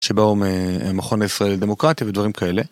שבאו ממכון ישראל לדמוקרטיה ודברים כאלה.